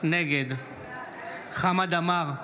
נגד חמד עמאר,